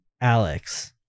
Alex